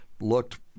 Looked